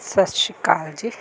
ਸਤਿ ਸ਼੍ਰੀ ਅਕਾਲ ਜੀ